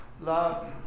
love